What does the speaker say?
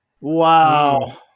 Wow